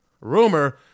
rumor